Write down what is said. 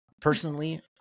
personally